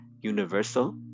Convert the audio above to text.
universal